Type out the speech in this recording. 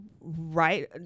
right